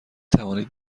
توانید